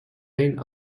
één